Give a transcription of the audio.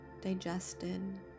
digested